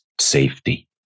safety